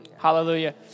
Hallelujah